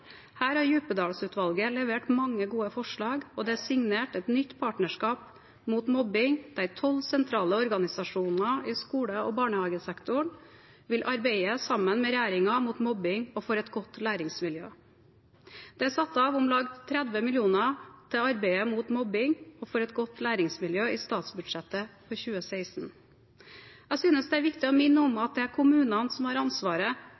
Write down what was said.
Her har Djupedal-utvalget levert mange gode forslag, og det er signert et nytt partnerskap mot mobbing, der tolv sentrale organisasjoner i skole- og barnehagesektoren vil arbeide sammen med regjeringen mot mobbing og for et godt læringsmiljø. Det er i statsbudsjetter for 2016 satt av om lag 30 mill. kr til arbeidet mot mobbing og for et godt læringsmiljø. Jeg synes det er viktig å minne om at det er kommunene som har ansvaret